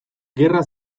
gerra